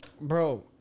bro